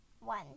One